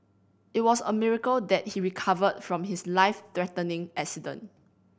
it was a miracle that he recovered from his life threatening accident